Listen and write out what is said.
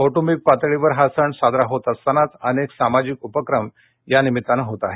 कौट्रंबिक पातळळि हा सण साजरा होत असतानाच अनेक सामाजिक उपक्रम यानिमित्तानं होत आहेत